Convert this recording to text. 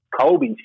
Kobe